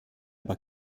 aber